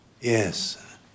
Yes